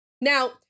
Now